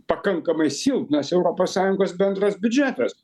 pakankamai silpnas europos sąjungos bendras biudžetas